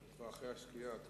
כבר אחרי השקיעה.